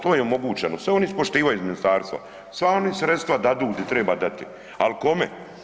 To je omogućeno, sve oni ispoštivaju iz ministarstva, sva ona sredstva dadu gdje treba dati, ali kome?